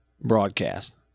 broadcast